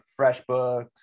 FreshBooks